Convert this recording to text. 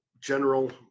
general